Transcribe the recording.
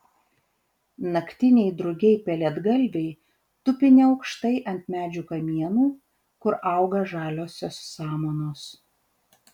naktiniai drugiai pelėdgalviai tupi neaukštai ant medžių kamienų kur auga žaliosios samanos